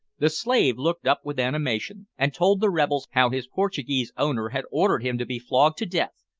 the slave looked up with animation, and told the rebels how his portuguese owner had ordered him to be flogged to death,